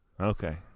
Okay